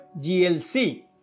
GLC